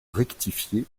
rectifié